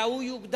אלא הוא יוקדם